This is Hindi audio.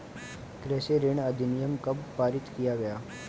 कृषि ऋण अधिनियम कब पारित किया गया?